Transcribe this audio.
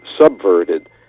subverted